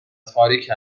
تاریک